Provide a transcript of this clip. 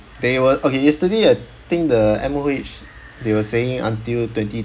they were okay yesterday I think the M_O_H they were saying until twenty